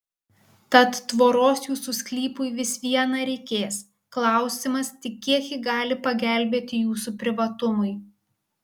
tad tvoros jūsų sklypui vis viena reikės klausimas tik kiek ji gali pagelbėti jūsų privatumui